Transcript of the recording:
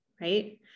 right